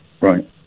Right